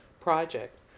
project